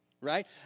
right